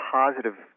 positive